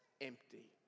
empty